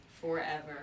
Forever